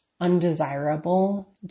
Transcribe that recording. undesirable